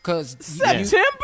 September